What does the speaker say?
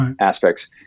aspects